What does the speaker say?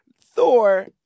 Thor